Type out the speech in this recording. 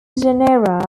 genera